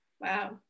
wow